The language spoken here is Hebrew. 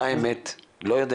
מה האמת, אני לא יודע.